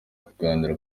kuganira